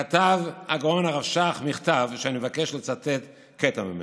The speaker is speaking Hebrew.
כתב הגאון הרב שך מכתב שאני מבקש לצטט קטע ממנו.